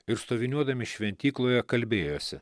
ir stoviniuodami šventykloje kalbėjosi